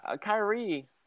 Kyrie